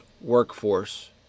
workforce –